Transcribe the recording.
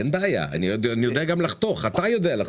אין בעיה, אני יודע לחתוך, אתה יודע לחתוך.